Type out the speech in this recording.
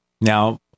Now